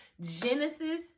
Genesis